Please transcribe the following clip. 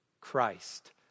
Christ